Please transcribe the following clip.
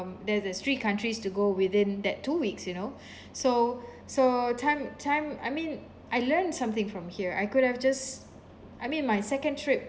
there's there's three countries to go within that two weeks you know so so time time I mean I learned something from here I could have just I mean my second trip